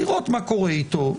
לראות מה קורה איתו,